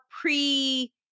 pre